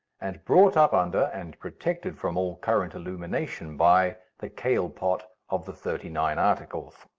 and brought up under and protected from all current illumination by the kale-pot of the thirty-nine articles.